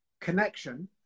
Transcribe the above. Connection